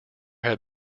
have